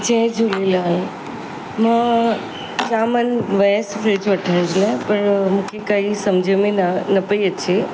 जय झूलेलाल मां जामन वियसि फ्रिज वठण जे लाइ पर मूंखे काई सम्झ में न न पई अचे